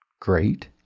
great